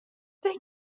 they